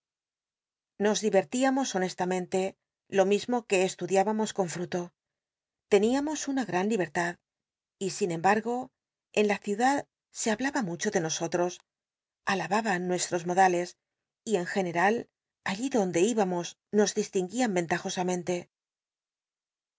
xos diyertiamos honestamente lo mismo que e tudiábamos con fruto teníamos una gpan liberlad y sin embargo en la ciudad se hablaba mucho de nosotros alaba ln nuestros modales y en general allí donde íbamos nos distinguian ventajosament